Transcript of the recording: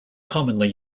commonly